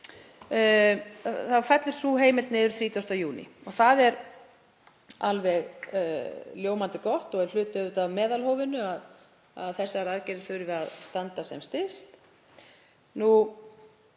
fellur niður 30. júní. Það er alveg ljómandi gott og er hluti af meðalhófinu að þessar aðgerðir þurfi að standa sem styst.